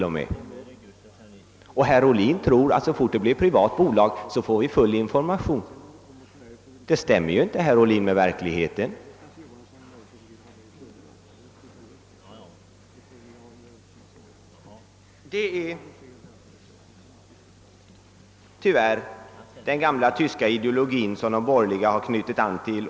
Herr Ohlin tror att så fort det blir ett privat bolag får vi full information. Detta stämmer inte med verkligheten. Det är tyvärr den gamla tyska ideologin som de borgerliga har knutit an till.